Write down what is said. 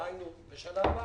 דהיינו בשנה הבאה,